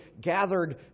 gathered